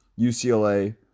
UCLA